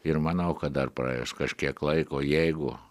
ir manau kad dar praėjus kažkiek laiko jeigu